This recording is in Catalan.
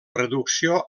reducció